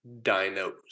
Dinos